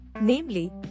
namely